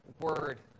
word